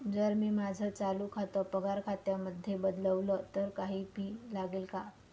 जर मी माझं चालू खातं पगार खात्यामध्ये बदलवल, तर काही फी लागेल का?